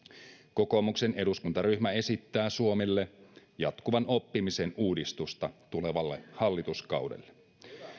kokoomuksen eduskuntaryhmä esittää suomelle jatkuvan oppimisen uudistusta tulevalle hallituskaudelle